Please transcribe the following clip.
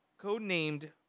codenamed